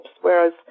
whereas